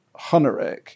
Huneric